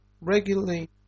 regularly